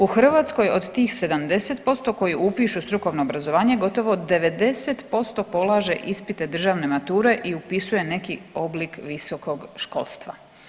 U Hrvatskoj od tih 70% koji upišu strukovno obrazovanje gotovo 90% polaže ispite državne mature i upisuje neki oblik visokog školstva.